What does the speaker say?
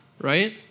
right